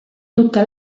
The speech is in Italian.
tutta